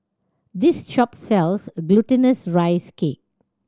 this shop sells Glutinous Rice Cake